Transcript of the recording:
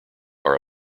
are